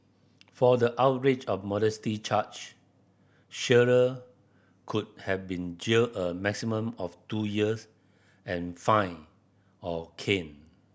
for the outrage of modesty charge Shearer could have been jailed a maximum of two years and fined or caned